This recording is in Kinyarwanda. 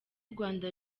rwanda